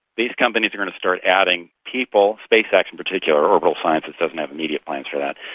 these companies are going to start adding people, space x in particular. orbital sciences doesn't have immediate plans for that.